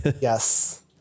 Yes